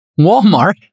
Walmart